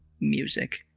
music